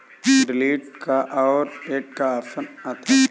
delete का और add का ऑप्शन आता है